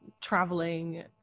traveling